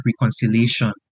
reconciliation